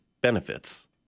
benefits